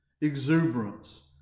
exuberance